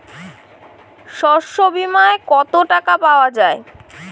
শস্য বিমায় কত টাকা পাওয়া যায়?